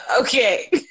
Okay